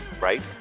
Right